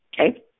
okay